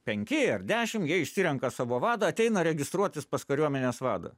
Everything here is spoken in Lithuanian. penki ar dešim jie išsirenka savo vadą ateina registruotis pas kariuomenės vadą